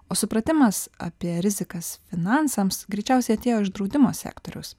o supratimas apie rizikas finansams greičiausiai atėjo iš draudimo sektoriaus